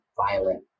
violent